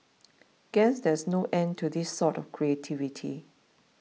guess there is no end to this sort of creativity